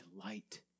delight